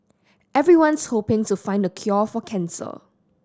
everyone's hoping to find the cure for cancer